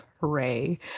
Hooray